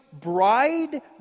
bride